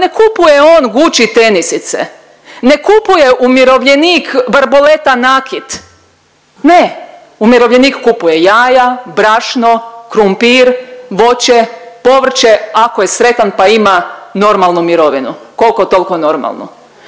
pa ne kupuje on Gucci tenisice, ne kupuje umirovljenik Barboleta nakit, ne umirovljenik kupuje jaja, brašno, krumpir, voće, povrće ako je sretan pa ima normalnu mirovinu, koliko toliko normalnu.